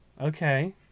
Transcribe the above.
Okay